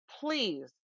Please